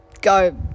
go